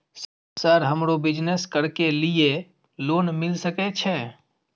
Sir हमरो business करके ली ये लोन मिल सके छे?